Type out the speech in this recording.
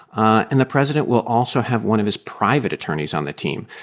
and the president will also have one of his private attorneys on the team.